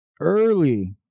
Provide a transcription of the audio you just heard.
Early